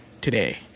today